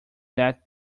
that